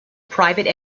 private